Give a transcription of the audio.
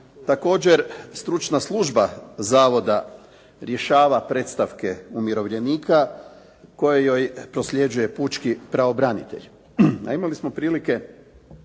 Također, stručna služba zavoda rješava predstavke umirovljenika koje joj prosljeđuje pučko pravobranitelj.